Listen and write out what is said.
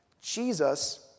Jesus